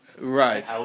Right